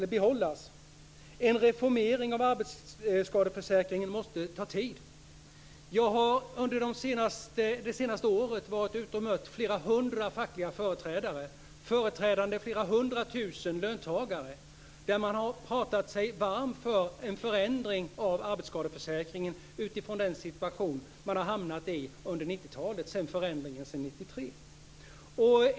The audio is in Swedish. En reformering av arbetsskadeförsäkringen måste ta tid. Jag har under det senaste året mött flera hundra fackliga företrädare som har företrätt flera hundra tusen löntagare. De har pratat sig varma för en förändring av arbetsskadeförsäkringen utifrån den situation som man har hamnat i efter förändringen 1993.